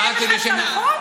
אתה באת בשם השר.